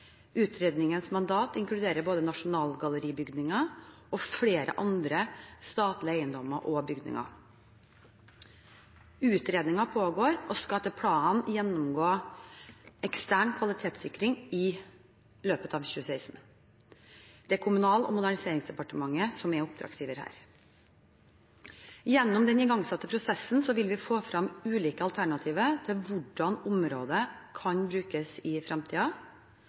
Utredningens mandat inkluderer både Nasjonalgalleri-bygningen og flere andre statlige eiendommer og bygninger. Utredningen pågår og skal etter planen gjennomgå ekstern kvalitetssikring i løpet av 2016. Det er Kommunal- og moderniseringsdepartementet som er oppdragsgiver her. Gjennom den igangsatte prosessen vil vi få frem ulike alternativer til hvordan området kan brukes i